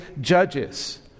judges